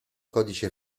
codice